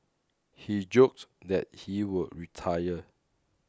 he joked that he would retire